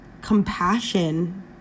compassion